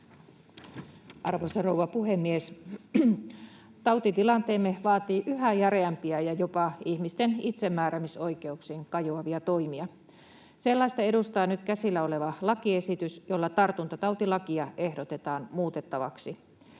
Arvoisa rouva puhemies! Tautitilanteemme vaatii yhä järeämpiä ja jopa ihmisten itsemääräämisoikeuksiin kajoavia toimia. Sellaista edustaa nyt käsillä oleva lakiesitys, jolla tartuntatautilakia ehdotetaan muutettavaksi.